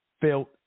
Felt